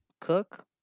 cook